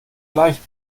leicht